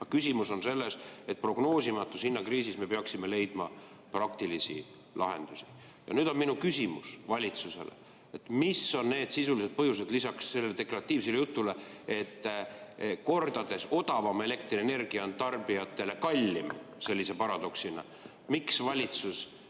küsimus on selles, et prognoosimatus hinnakriisis me peaksime leidma praktilisi lahendusi. Ja nüüd on minu küsimus valitsusele. Mis on need sisulised põhjused – lisaks sellele deklaratiivsele jutule, et kordades odavam elektrienergia on tarbijatele kallim sellise paradoksina –, miks valitsus